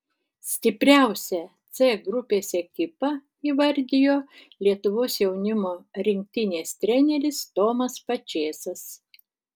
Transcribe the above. stipriausią c grupės ekipą įvardijo lietuvos jaunimo rinktinės treneris tomas pačėsas